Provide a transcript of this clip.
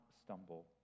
stumble